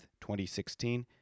2016